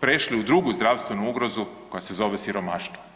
prešli u drugu zdravstvenu ugrozu koja se zove siromaštvo.